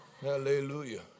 Hallelujah